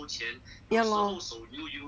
ya lor